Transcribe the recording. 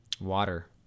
water